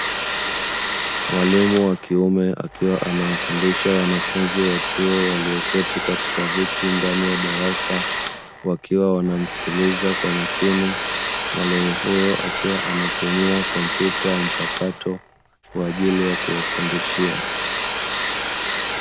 Mwalimu wa kiume akiwa anawafundisha wanafunzi wa chuo, walioketi katika viti ndani ya darasa, wakiwa wanamsikiliza kwa makini mwalimu huyo, akiwa anatumia kompyuta mpakato kwa ajili ya kuwafundishia.